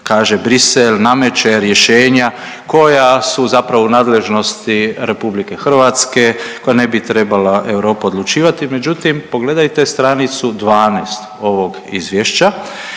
kaže Bruxelles nameće rješenja koja su zapravo u nadležnosti RH, koja ne bi trebala Europa odlučivat. Međutim, pogledajte stranicu 12 ovog izvješća